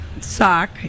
sock